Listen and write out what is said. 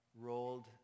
rolled